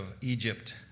Egypt